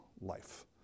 life